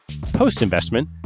Post-investment